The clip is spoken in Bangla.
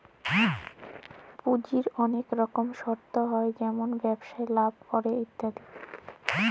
পুঁজির ওলেক রকম সর্স হ্যয় যেমল ব্যবসায় লাভ ক্যরে ইত্যাদি